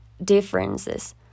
Differences